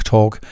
Talk